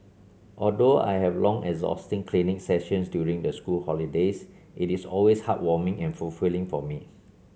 although I have long exhausting clinic sessions during the school holidays it is always heartwarming and fulfilling for me